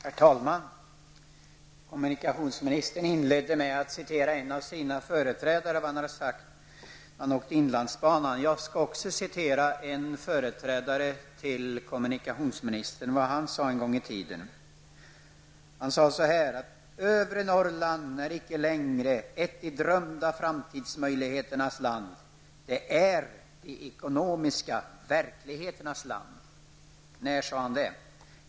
Herr talman! Kommunikationsministern inledde med att citera vad en av hans företrädare hade sagt när han åkte inlandsbanan. Även jag skall citera vad en företrädare till kommunikationsministern sade en gång i tiden. Han yttrade: ''Övre Norrland är icke längre ett de drömda framtidsmöjligheternas land. Det är de ekonomiska verkligheternas land.'' När sade han detta?